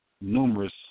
numerous